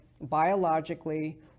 biologically